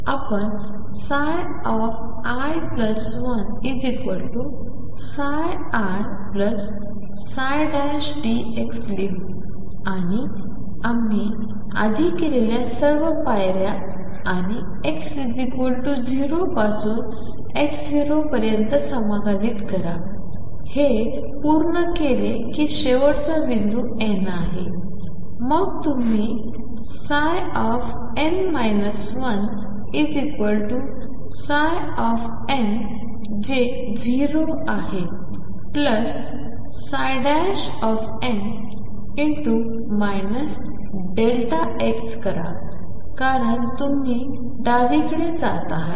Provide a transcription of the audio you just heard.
तरआपण i1i Δx लिहू आणि आम्ही आधी केलेल्या सर्व पायऱ्या आणि x 0 पासून x0पर्यंत समाकलित करा हे पूर्ण केले की शेवटचा बिंदू N आहे मग तुम्ही N 1ψ जे 0 आहे N Δx करा कारण तुम्ही डावीकडे जात आहात